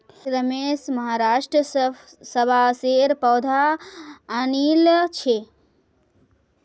रमेश महाराष्ट्र स बांसेर पौधा आनिल छ